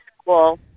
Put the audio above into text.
School